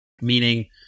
meaning